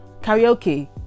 karaoke